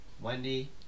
Wendy